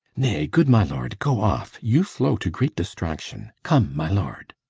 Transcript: nay, good my lord, go off you flow to great distraction come, my lord.